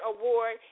Award